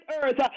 Earth